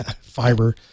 fiber